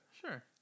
Sure